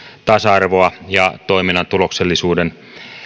tasa arvoa ja toiminnan tuloksellisuuden